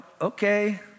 okay